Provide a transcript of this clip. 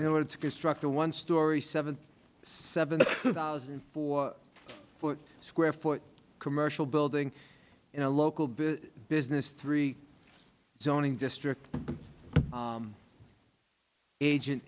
in order to construct a one story seventy seven thousand four foot square foot commercial building in a local beer business three zoning district agent